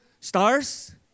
stars